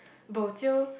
bojio